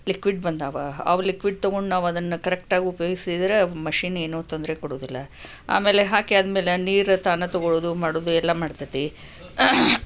liquid ಬಂದಾವ ಅವು liquid ತಗೊಂಡು ನಾವದನ್ನು ಕರೆಕ್ಟಾಗಿ ಉಪಯೋಗಿಸಿದರೆ ಮಷೀನ್ ಏನೂ ತೊಂದರೆ ಕೊಡುವುದಿಲ್ಲ ಆಮೇಲೆ ಹಾಕಿ ಆದಮೇಲೆ ನೀರು ತಾನೇ ತಗೋಳುದು ಮಾಡೋದು ಎಲ್ಲ ಮಾಡತೈತಿ